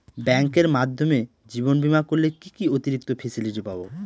ব্যাংকের মাধ্যমে জীবন বীমা করলে কি কি অতিরিক্ত ফেসিলিটি পাব?